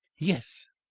yes.